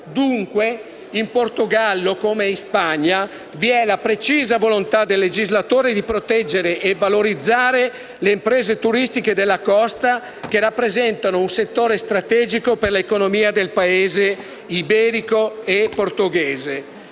Dunque, in Portogallo come in Spagna, vi è la precisa volontà del legislatore di proteggere e valorizzare le imprese turistiche della costa, che rappresentano un settore strategico per l'economia iberica e portoghese.